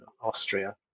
Austria